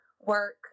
work